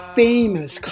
famous